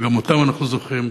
וגם אותן אנחנו זוכרים,